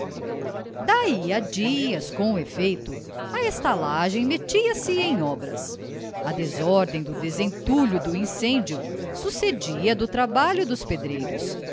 daí a dias com efeito a estalagem metia-se em obras à desordem do desentulho do incêndio sucedia a do trabalho dos pedreiros